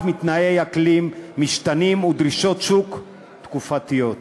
מתנאי אקלים משתנים ודרישות שוק תקופתיות.